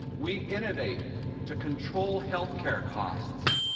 we innovate to control health care costs,